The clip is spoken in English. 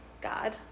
God